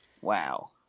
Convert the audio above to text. Wow